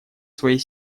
своей